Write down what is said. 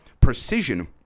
precision